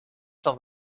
cent